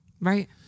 Right